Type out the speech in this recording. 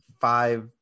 five